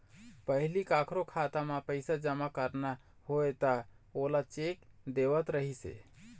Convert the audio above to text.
पहिली कखरो खाता म पइसा जमा करना होवय त ओला चेक देवत रहिस हे